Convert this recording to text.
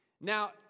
Now